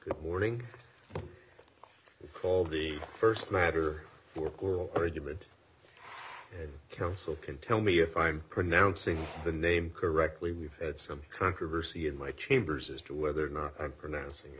good morning called the st matter for oral argument counsel can tell me if i'm pronouncing the name correctly we've had some controversy in my chambers as to whether or not i'm pronouncing it